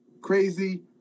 Crazy